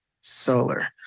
Solar